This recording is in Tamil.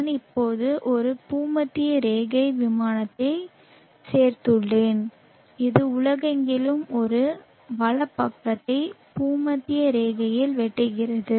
நான் இப்போது ஒரு பூமத்திய ரேகை விமானத்தைச் சேர்த்துள்ளேன் இது உலகெங்கிலும் ஒரு வலப்பக்கத்தை பூமத்திய ரேகையில் வெட்டுகிறது